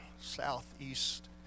southeast